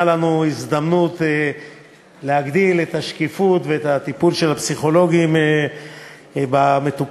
לנו הזדמנות להגדיל את השקיפות בטיפול של הפסיכולוגים במטופלים.